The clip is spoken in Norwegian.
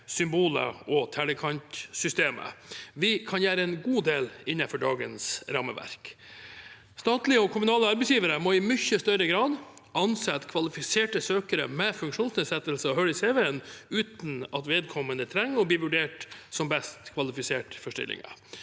symboler og tellekantsystemer. Vi kan gjøre en god del innenfor dagens rammeverk. Statlige og kommunale arbeidsgivere må i mye større grad ansette kvalifiserte søkere med funksjonsnedsettelser og hull i cv-en uten at vedkommende trenger å bli vurdert som best kvalifisert for stillingen.